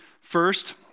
first